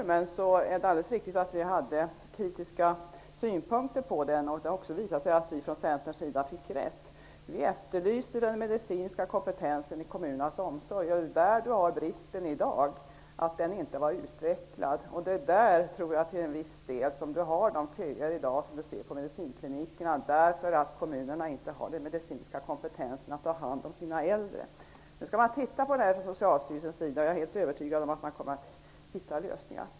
Mycket riktigt hade vi kritiska synpunkter på ÄDEL-reformen, och det har också visat sig att vi i Centern fick rätt. Vi efterlyste den medicinska kompetensen i kommunernas omsorg, och i dag ser vi att den brister i det avseendet. Den har inte utvecklats. Jag tror att en del av köerna som man ser på medicinklinikerna finns inom detta område, eftersom kommunerna inte har medicinsk kompetens att ta hand om sina äldre. Nu skall Socialstyrelsen se över detta, och jag är övertygad om att man kommer att finna lösningar.